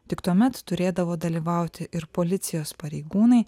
tik tuomet turėdavo dalyvauti ir policijos pareigūnai